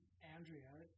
Andrea